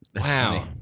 Wow